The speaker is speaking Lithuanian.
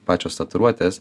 pačios tatuiruotės